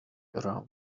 around